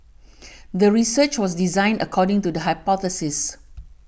the research was designed according to the hypothesis